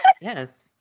Yes